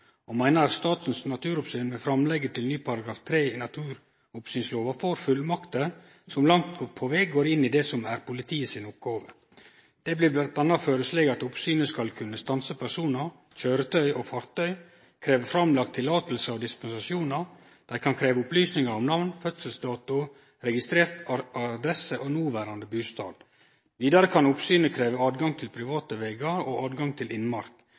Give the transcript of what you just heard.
og meiner at Statens naturoppsyn med framlegget til ny § 3 i naturoppsynslova får fullmakter som langt på veg går inn i det som er politiet sine oppgåver. Det blir bl.a. føreslege at oppsynet skal kunne stanse personar, køyretøy og fartøy og krevje at det blir framlagt løyve og dispensasjonar. Dei kan krevje opplysningar om namn, fødselsdato, registrert adresse og noverande bustad. Vidare kan oppsynet krevje tilgjenge til private vegar og